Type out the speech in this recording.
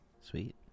sweet